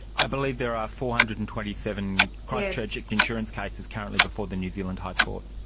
i believe there are four hundred and twenty seven christchurch insurance cases currently before the new zealand high court.